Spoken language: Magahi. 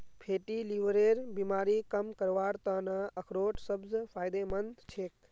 फैटी लीवरेर बीमारी कम करवार त न अखरोट सबस फायदेमंद छेक